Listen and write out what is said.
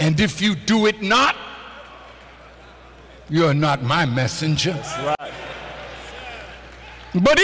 and if you do it not you are not my messenger but